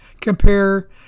Compare